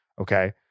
Okay